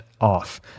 off